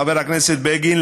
חבר הכנסת בגין,